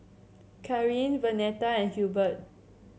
Kareen Vernetta and Hurbert